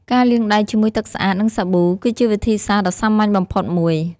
ការលាងដៃជាមួយទឹកស្អាត និងសាប៊ូ គឺជាវិធីសាស្ត្រដ៏សាមញ្ញបំផុតមួយ។